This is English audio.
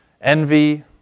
Envy